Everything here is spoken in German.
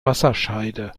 wasserscheide